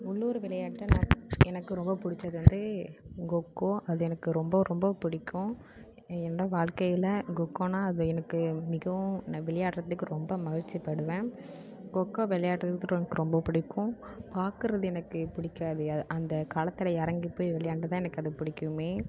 உள்ளுர் விளையாட்டில் நான் எனக்கு ரொம்ப பிடிச்சது வந்து கொக்கோ அது எனக்கு ரொம்ப ரொம்ப பிடிக்கும் என்னோட வாழ்க்கையில் கொக்கோனால் அது எனக்கு மிகவும் விளையாடுறதுக்கு ரொம்ப மகிழ்ச்சி படுவேன் கொக்கோ விளையாடுறதுக்கு எனக்கு ரொம்ப பிடிக்கும் பார்க்குறது எனக்கு பிடிக்காது அந்த களத்தில் இறங்கி போய் விளையாண்டு தான் எனக்கு பிடிக்குமே